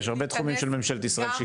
יש הרבה תחומים של ממשלת ישראל שהיא